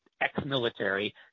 ex-military